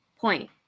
point